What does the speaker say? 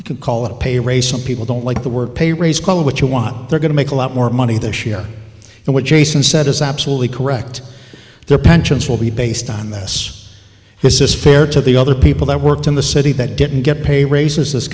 can call it a pay raise some people don't like the word pay raise call it what you want they're going to make a lot more money this year than what jason said is absolutely correct their pensions will be based on this this is fair to the other people that worked in the city that didn't get pay raises this